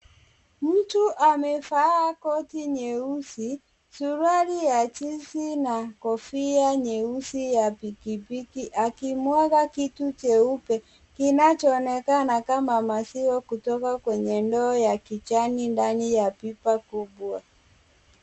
Mtu amevaa koti nyeusi, suruali ya jinsi na kofia nyeusi ya pikipiki akimwaga kitu cheupe kinachoonekana kama maziwa kutoka kwenye ndoo ya kijani ndani ya pipa kubwa.